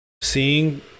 Seeing